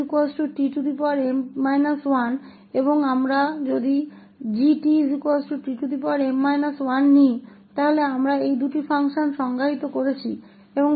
इसलिए यदि हम यह मान लें कि यह ftm 1 है और यदि हम gtn 1 लेते हैं तो हमने इन दो फंक्शन्स को परिभाषित किया है